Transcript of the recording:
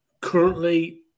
Currently